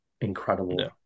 incredible